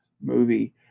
movie